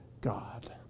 God